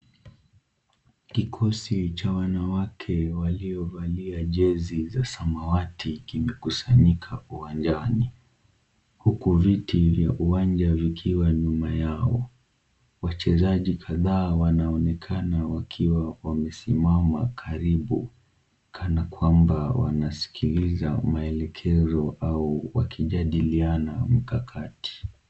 Kikosi cha wanawake waliovalia jezi za samawati kimekusanyika uwanjani, huku viti vya uwanja vikiwa nyuma yao, wachezaji kadha wanaonekana wakiwa wamesimama karibu kana kwamba wanasikiliza maelekezo au wakijadiliana mkakati.